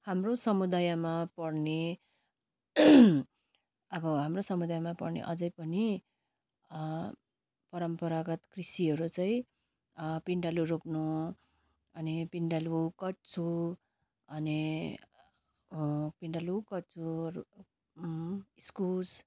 हाम्रो समुदायमा पर्ने अब हाम्रो समुदयमा पर्ने अझै पनि परम्परागत कृषिहरू चाहि पिँडालु रोप्नु अनि पिँडालु कच्छु अनि पिँडालु कच्छुहरू इस्कुस